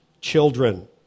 children